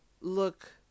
look